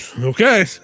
okay